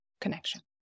connection